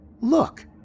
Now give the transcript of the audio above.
Look